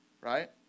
Right